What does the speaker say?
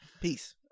Peace